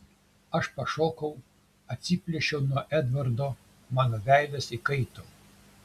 aš pašokau atsiplėšiau nuo edvardo mano veidas įkaito